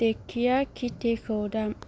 देख्या कितेखौ दाम